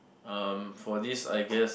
um for this I guess